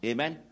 Amen